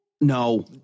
No